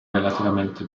relativamente